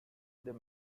they